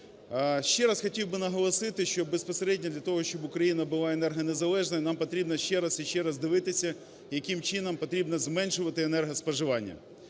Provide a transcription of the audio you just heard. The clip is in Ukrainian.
Ще раз хотів би наголосити, що безпосередньо для того, щоб Україна була енергонезалежною, нам потрібно ще раз і ще раз дивитися, яким чином потрібно зменшувати енергоспоживання.